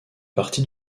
partie